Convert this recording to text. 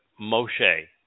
Moshe